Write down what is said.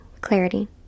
Clarity